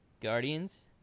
Guardians